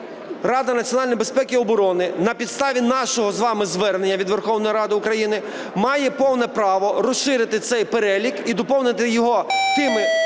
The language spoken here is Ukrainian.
Рада національної безпеки і оборони на підставі нашого з вами звернення від Верховної Ради України має повне право розширити цей перелік і доповнити його тими